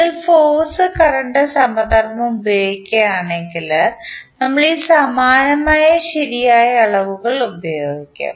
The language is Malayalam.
നിങ്ങൾ ഫോഴ്സ് കറണ്ട് സമധർമ്മം ഉപയോഗിക്കുകയാണെങ്കിൽ നമ്മൾ ഈ സമാനമായ ശരിയായ അളവുകൾ ഉപയോഗിക്കും